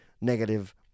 negative